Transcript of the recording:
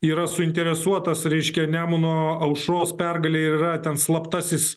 yra suinteresuotas reiškia nemuno aušros pergale ir yra ten slaptasis